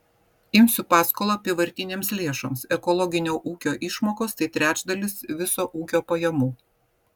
imsiu paskolą apyvartinėms lėšoms ekologinio ūkio išmokos tai trečdalis viso ūkio pajamų